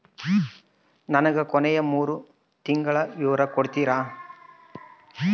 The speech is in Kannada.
ನನಗ ಕೊನೆಯ ಮೂರು ತಿಂಗಳಿನ ವಿವರ ತಕ್ಕೊಡ್ತೇರಾ?